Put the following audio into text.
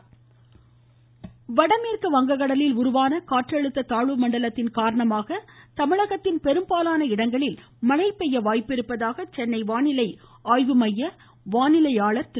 வானிலை விஜயன் வாய்ஸ் வடமேற்கு வங்ககடலில் உருவாகியுள்ள காற்றழுத்த தாழ்வு மண்டலத்தின் காரணமாக தமிழகத்தில் பெரும்பாலான இடங்களில் மழை பெய்ய வாய்ப்பிருப்பதாக சென்னை வானிலை ஆய்வு மைய இயக்குனர் திரு